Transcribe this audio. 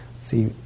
see